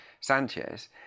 Sanchez